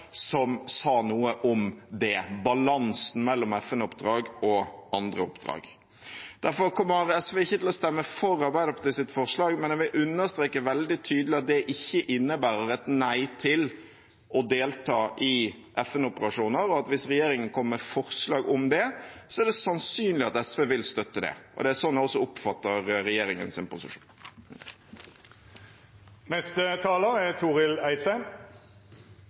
som sa noe om det – balansen mellom FN-oppdrag og andre oppdrag. Derfor kommer SV ikke til å stemme for Arbeiderpartiets forslag, men jeg vil understreke veldig tydelig at det ikke innebærer et nei til å delta i FN-operasjoner. Hvis regjeringen kommer med forslag om det, er det sannsynlig at SV vil støtte det. Det er sånn jeg også oppfatter regjeringens posisjon.